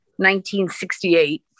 1968